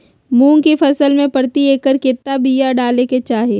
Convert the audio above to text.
मूंग की फसल में प्रति एकड़ कितना बिया डाले के चाही?